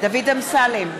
דוד אמסלם,